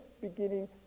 beginning